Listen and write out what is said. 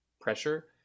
pressure